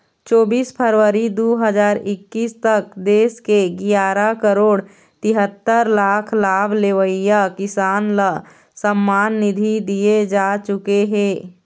चोबीस फरवरी दू हजार एक्कीस तक देश के गियारा करोड़ तिहत्तर लाख लाभ लेवइया किसान ल सम्मान निधि दिए जा चुके हे